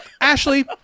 Ashley